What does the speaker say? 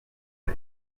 the